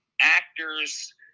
actors